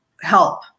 help